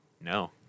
No